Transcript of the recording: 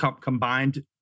combined